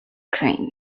cream